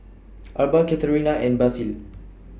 Arba Katerina and Basil